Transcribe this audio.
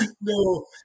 no